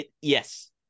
Yes